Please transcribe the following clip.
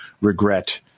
regret